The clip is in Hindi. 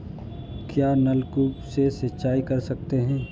क्या नलकूप से सिंचाई कर सकते हैं?